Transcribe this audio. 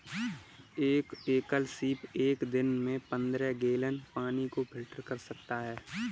एक एकल सीप एक दिन में पन्द्रह गैलन पानी को फिल्टर कर सकता है